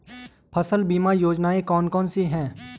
फसल बीमा योजनाएँ कौन कौनसी हैं?